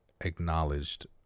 acknowledged